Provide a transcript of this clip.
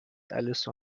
alice